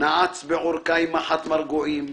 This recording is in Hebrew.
"נעץ בעורקיי מחט מרגועים,